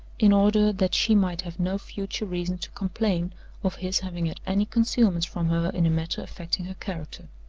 in order that she might have no future reason to complain of his having had any concealments from her in a matter affecting her character.